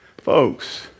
Folks